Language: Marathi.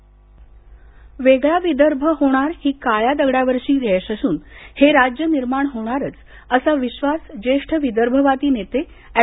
विदर्भ संकल्प दिन वेगळा विदर्भ होणार ही काळ्या दगडावरची रेष असून हे राज्य निर्माण होणारच असा विश्वास ज्येष्ठ विदर्भवादी नेते एड